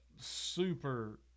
Super